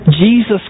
Jesus